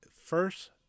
First